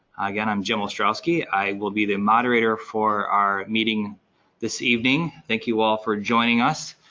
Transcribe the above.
again, i'm jim ostrowski. i will be the moderator for our meeting this evening. thank you all for joining us.